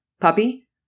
puppy